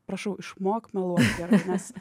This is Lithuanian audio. prašau išmok meluot gerai nes